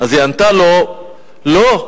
היא ענתה לו: לא,